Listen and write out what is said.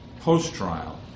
post-trial